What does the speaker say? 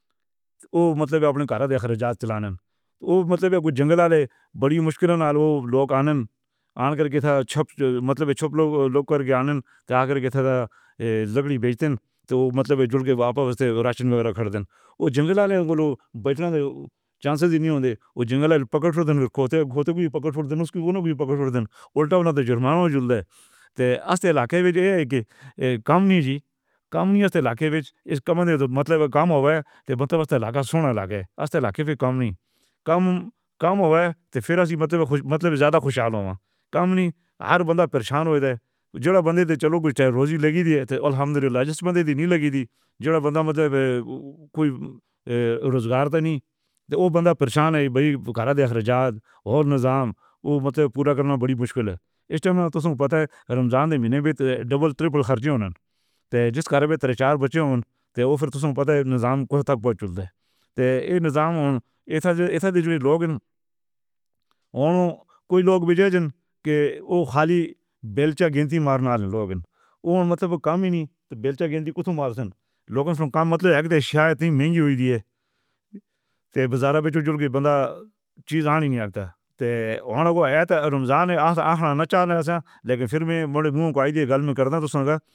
اوہ، مطلب آپ نے کرا دیکھا ہے جات چلان اوہ، مطلب اب کوئی جنگلا لے بڑی مشکل ہے نا لو لوک آنند آن کر کے تھا چھپ مطلب چھپ لوک لوک کر کے آنند لکڑی بیچ دیں، تو مطلب جُڈ کے واپس راشن وغیرہ کر دیں۔ چانسس ہی نہیں آن دے اُلٹا تو جرمانہ نہیں جی کم نہیں جی مطلب؟ کم نہیں، ہر بندہ پریشان ہوئیگا چلو کوئی نہیں لگی تھی، کوئی روزگار تو نہیں، اوہ بندہ پریشان ہے بھائی، اوہ مطلب پورا کرنا بڑی مشکل ہے۔ اس ٹائم میں تو تم کو پتہ ہے، رمضان ڈبل ٹرپل تے جیس مطلب کام ہی نہیں۔ کے بندہ چیز آنے ہی نہیں آتا تے اوہ آیا تھا رمضان لیکن پھر میں۔